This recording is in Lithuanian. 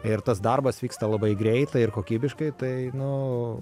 ir tas darbas vyksta labai greitai ir kokybiškai tai nu